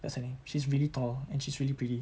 that's her name she's really tall and she's really pretty